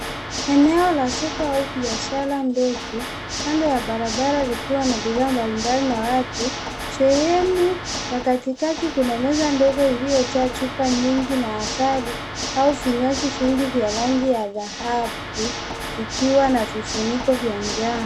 Eneo la soko au biashara ndogo kando ya barabara likiwa na bidhaa mbalimbali na watu. Sehemu ya katikati kuna meza ndogo iliyojaa chupa nyingi na asali au vinywaji vingi vya rangi ya dhahabu vikiwa na vifuniko vya njano.